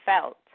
felt